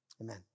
Amen